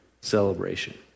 celebration